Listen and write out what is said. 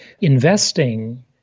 investing